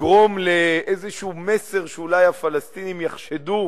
יגרום לאיזה מסר שאולי הפלסטינים יחשדו